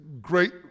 great